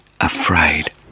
afraid